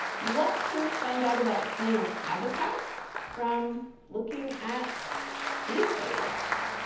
what can you find out about snails' habitats from looking at these photographs?